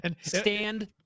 Stand